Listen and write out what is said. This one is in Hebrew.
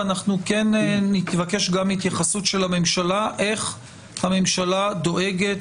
ואנחנו כן נבקש גם התייחסות של הממשלה איך הממשלה דואגת